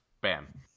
bam